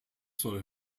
soll